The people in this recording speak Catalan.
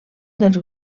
dels